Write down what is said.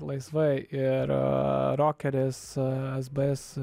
laisvai ir rokeris sbs